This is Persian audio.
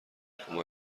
کمکم